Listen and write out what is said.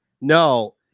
No